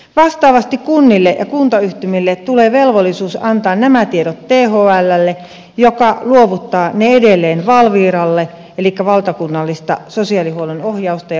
vastaavasti kunnille ja kuntayhtymille tulee velvollisuus antaa nämä tiedot thllle joka luovuttaa ne edelleen valviralle valtakunnallista sosiaalihuollon ohjausta ja valvontatehtävää varten